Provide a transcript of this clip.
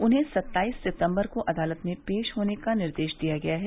उन्हें सत्ताईस सितम्बर को अदालत में पेश होने को निर्देश दिया गया है